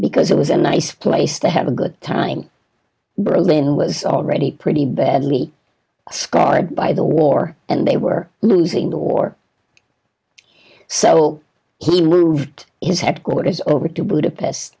because it was a nice place to have a good time berlin was already pretty badly scarred by the war and they were losing the war so he moved his headquarters over to budapest